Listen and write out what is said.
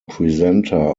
presenter